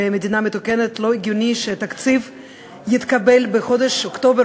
במדינה מתוקנת לא הגיוני שתקציב יתקבל בחודש אוקטובר